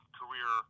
career